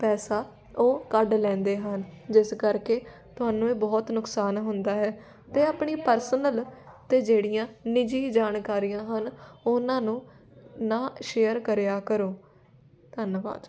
ਪੈਸਾ ਉਹ ਕੱਢ ਲੈਂਦੇ ਹਨ ਜਿਸ ਕਰਕੇ ਤੁਹਾਨੂੰ ਇਹ ਬਹੁਤ ਨੁਕਸਾਨ ਹੁੰਦਾ ਹੈ ਅਤੇ ਆਪਣੀ ਪਰਸਨਲ ਅਤੇ ਜਿਹੜੀਆਂ ਨਿੱਜੀ ਜਾਣਕਾਰੀਆਂ ਹਨ ਉਹਨਾਂ ਨੂੰ ਨਾ ਸ਼ੇਅਰ ਕਰਿਆ ਕਰੋ ਧੰਨਵਾਦ